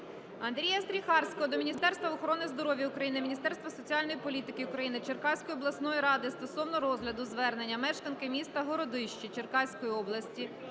Андрія Стріхарського до Міністерства охорони здоров'я України, Міністерства соціальної політики України, Черкаської обласної ради стосовно розгляду звернення мешканки міста Городище Черкаської області